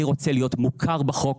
אני רוצה להיות מוכר בחוק,